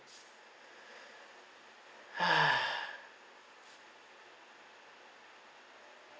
!huh!